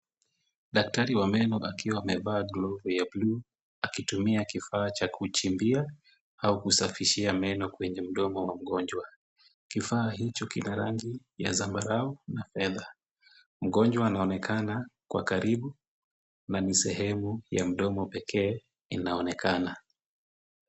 Daktari wa meno akiwa ameva glovu ya buluu akitumia kifaa cha kuchimbia au kusafishia meno kwenye mdomo ya mgonjwa. Kifaa hicho kina rangi ya zambarau na fedha. Mgonjwa anaonekana kwa karibu na ni sehemu ya mdomo pekee inaonekana.